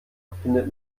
findet